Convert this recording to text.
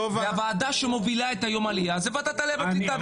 והוועדה שמובילה את יום העלייה זו ועדת העלייה והקליטה.